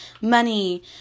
money